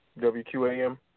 WQAM